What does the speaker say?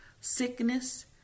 sickness